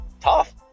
tough